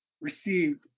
received